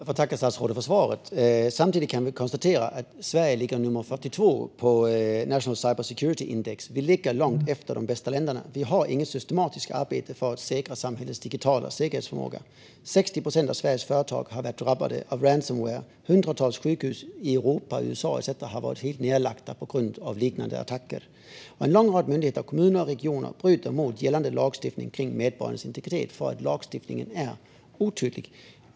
Fru talman! Jag får tacka statsrådet för svaret. Vi kan konstatera att Sverige ligger på plats nummer 42 på National Cyber Security Index. Vi ligger långt efter de bästa länderna. Vi har inget systematiskt arbete för att säkra samhällets digitala säkerhetsförmåga. 60 procent av Sveriges företag har varit drabbade av ransomware. Hundratals sjukhus i Europa, USA etcetera har legat nere på grund av liknande attacker. En lång rad myndigheter, kommuner och regioner bryter mot gällande lagstiftning rörande medborgarnas integritet för att lagstiftningen är otydlig.